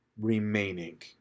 remaining